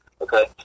okay